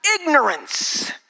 ignorance